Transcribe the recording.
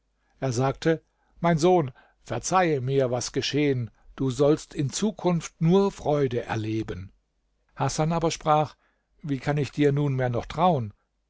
er sagte mein sohn verzeihe mir was geschehen du sollst in zukunft nur freude erleben hasan aber sprach wie kann ich dir nunmehr noch trauen